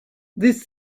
these